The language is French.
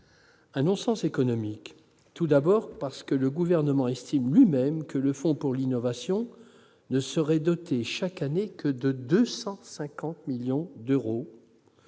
un non-sens économique, parce que le Gouvernement estime lui-même que ce fonds pour l'innovation ne serait doté chaque année que de 250 millions d'euros,